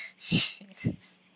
Jesus